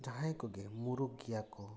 ᱡᱟᱦᱟᱸᱭ ᱠᱚᱜᱮ ᱢᱩᱨᱩᱠ ᱜᱮᱭᱟ ᱠᱚ ᱚᱞ ᱯᱟᱲᱦᱟᱣ ᱵᱟᱠᱚ ᱵᱟᱰᱟᱭᱟ